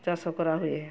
ଚାଷ କରାହୁଏ